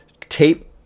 tape